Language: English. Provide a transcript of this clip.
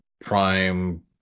Prime